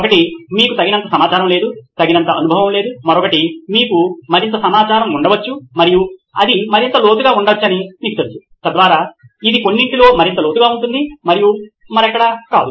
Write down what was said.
ఒకటి మీకు తగినంత సమాచారం లేదు తగినంత అనుభవం లేదు మరొకటి మీకు మరింత సమాచారం ఉండవచ్చు మరియు అది మరింత లోతుగా ఉండవచ్చని మీకు తెలుసు తద్వారా ఇది కొన్నింటిలో మరింత లోతుగా ఉంటుంది మరియు మరెక్కడా కాదు